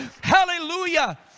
hallelujah